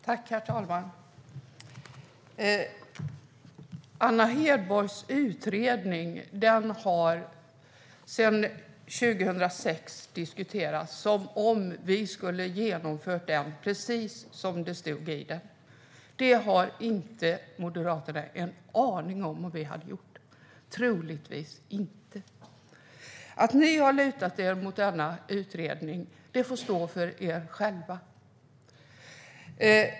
Herr talman! Anna Hedborgs utredning har sedan 2006 diskuterats som om vi skulle ha genomfört den precis som den är skriven. Moderaterna har inte en aning om vi hade gjort så. Troligtvis inte. Att ni har lutat er mot denna utredning får stå för er själva.